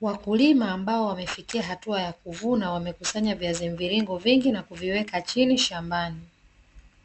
Wakulima ambao wamefikis hatua ya kuvuna wamekusanya viazi mviringo vingi na kuviweka chini shambani,